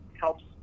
helps